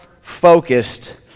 focused